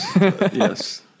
Yes